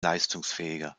leistungsfähiger